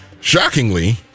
Shockingly